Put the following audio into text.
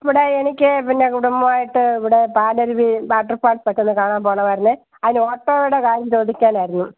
ഇവിടെ എനിക്കെ പിന്നെ കുടുംബമായിട്ട് ഇവിടെ പാലരുവി വാട്ടർഫാൾസ് ഒക്കെ ഒന്ന് കാണാൻ പോകണമായിരുന്നെ അതിന് ഓട്ടോയുടെ കാര്യം ചോദിക്കാനായിരുന്നു